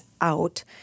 out